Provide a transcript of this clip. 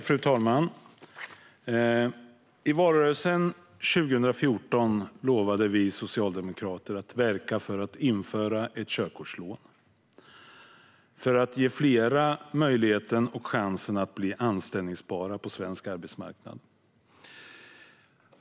Fru talman! I valrörelsen 2014 lovade vi socialdemokrater att verka för att införa ett körkortslån för att ge fler chansen att bli anställbara på svensk arbetsmarknad.